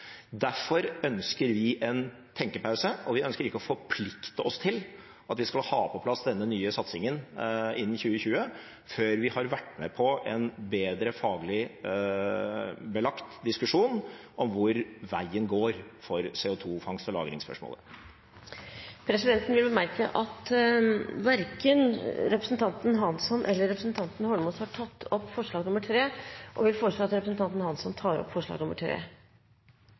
Derfor ønsker vi en tenkepause. Vi ønsker ikke å forplikte oss til at vi skal ha på plass den nye satsingen innen 2020, før vi har vært med på en bedre faglig belagt diskusjon om hvor veien går for CO2-fangst og -lagringsspørsmålet. Presidenten vil bemerke at verken representanten Hansson eller representanten Eidsvoll Holmås har tatt opp forslag nr. 3, som Sosialistisk Venstreparti og Miljøpartiet De Grønne står sammen om. Presidenten vil foreslå at representanten Hansson tar opp